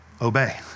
Obey